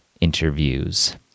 interviews